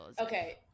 okay